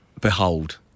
Behold